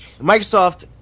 Microsoft